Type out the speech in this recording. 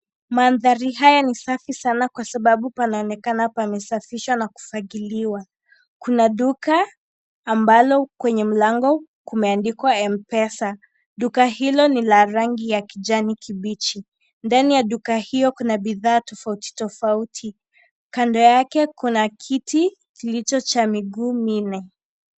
Mandhari haya ni safi sana kwa sababu panaonekana pamesafishwa na kufagiliwa, kuna duka ambalo kwenye mlango kumeandikwa M-pesa, duka hilo ni la rangi ya kijani kibichi, ndani ya duka hiyo kuna bidhaa tofautitofauti, kando yake kuna kiti kilicho cha miguu minne.